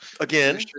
Again